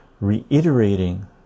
reiterating